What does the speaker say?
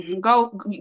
go